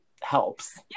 helps